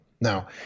Now